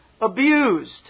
abused